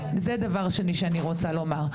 זה דבר שני שאני רוצה לומר.